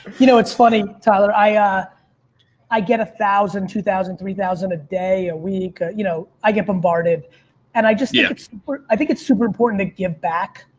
you know, it's funny, tyler, i ah i get a thousand, two thousand, three thousand a day, a week, you know, i get bombarded and i just think yeah it's important i think it's super important to give back.